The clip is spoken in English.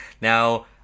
now